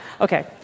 Okay